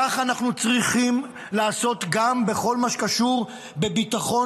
כך אנחנו צריכים לעשות גם בכל מה שקשור בביטחון,